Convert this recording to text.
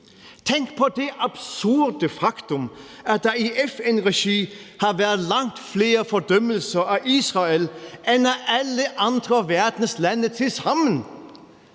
Tænk på det absurde faktum, at der i FN-regi har været langt flere fordømmelser af Israel end af alle andre af verdens lande